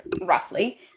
roughly